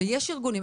ויש ארגונים.